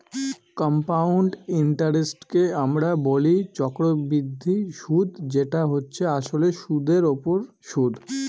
compound ইন্টারেস্টকে আমরা বলি চক্রবৃদ্ধি সুদ যেটা হচ্ছে আসলে সুধের ওপর সুদ